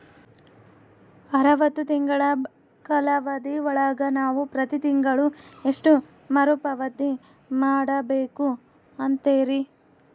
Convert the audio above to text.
ಅರವತ್ತು ತಿಂಗಳ ಕಾಲಾವಧಿ ಒಳಗ ನಾವು ಪ್ರತಿ ತಿಂಗಳು ಎಷ್ಟು ಮರುಪಾವತಿ ಮಾಡಬೇಕು ಅಂತೇರಿ?